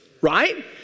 Right